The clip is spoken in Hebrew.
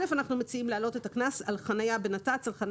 אנחנו מציעים להעלות את גובה הקנס על חניה בנתיב תחבורה ציבורית,